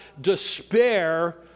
despair